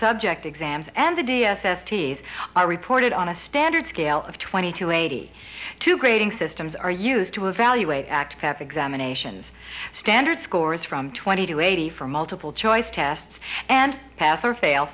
subject exams and the d s s ts are reported on a standard scale of twenty to eighty two grading systems are used to evaluate active happy examinations standard scores from twenty to eighty for multiple choice tests and pass or fail